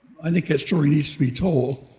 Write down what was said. i think that story needs to be told,